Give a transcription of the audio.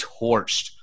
torched